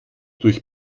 durch